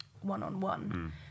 one-on-one